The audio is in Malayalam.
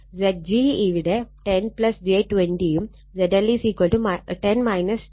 Zg ഇവിടെ 10 j 20 ഉം ZL 10 j 20 ഉം ആണ്